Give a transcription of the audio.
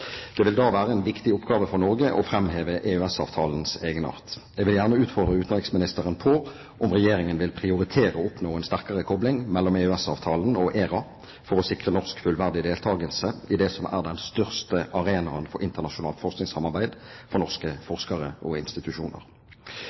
Det vil da være en viktig oppgave for Norge å framheve EØS-avtalens egenart. Jeg vil gjerne utfordre utenriksministeren på om Regjeringen vil prioritere å oppnå en sterkere kobling mellom EØS-avtalen og ERA for å sikre norsk fullverdig deltakelse i det som er den største arenaen for internasjonalt forskningssamarbeid for norske forskere og institusjoner.